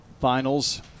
finals